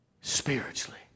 Spiritually